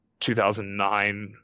2009